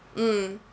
mm